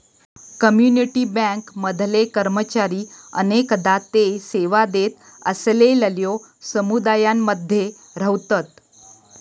community bank मधले कर्मचारी अनेकदा ते सेवा देत असलेलल्यो समुदायांमध्ये रव्हतत